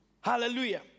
Hallelujah